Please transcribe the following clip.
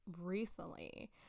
recently